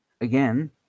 Again